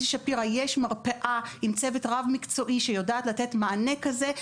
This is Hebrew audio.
שפירא יש מרפאה עם צוות רב מקצועי שיודעת לתת מענה כזה.